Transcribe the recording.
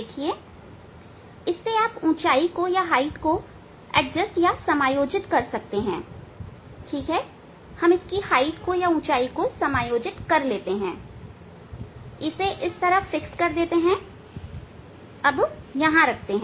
देखिए ताकि आप ऊंचाई को समायोजित कर सकें हम ऊंचाई को समायोजित कर लेते हैं इसे स्थिर कर देते हैं अब यहां रखते हैं